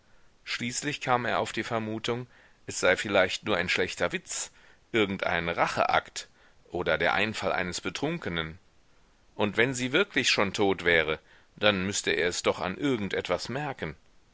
schließlich kam er auf die vermutung es sei vielleicht nur ein schlechter witz irgendein racheakt oder der einfall eines betrunkenen und wenn sie wirklich schon tot wäre dann müßte er es doch an irgend etwas merken